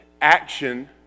action